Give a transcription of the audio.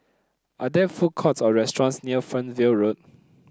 are there food courts or restaurants near Fernvale Road